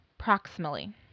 proximally